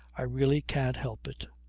i really can't help it.